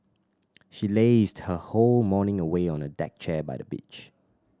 she lazed her whole morning away on a deck chair by the beach